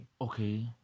okay